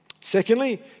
Secondly